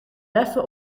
leffe